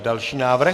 Další návrh.